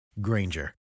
Granger